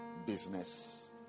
Business